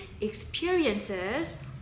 experiences